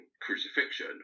crucifixion